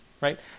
Right